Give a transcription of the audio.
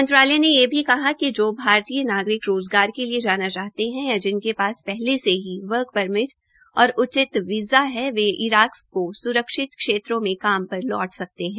मंत्रालय ने ये भी कहा है कि जो भारतीय नागरिक रोज़गार के लिए जाना चाहते है या जिनके पास पहले से ही वर्क परमिट और उचित वीज़ा है वे इराक के स्रक्षित क्षेत्र में काम पर लौट सकते है